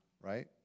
Right